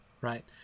right